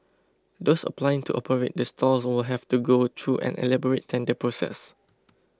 those applying to operate the stalls will have to go through an elaborate tender process